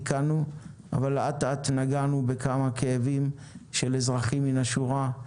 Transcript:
אבל אט אט נגענו בכמה כאבים של אזרחים מן השורה,